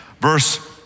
Verse